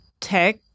tech